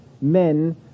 men